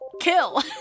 Kill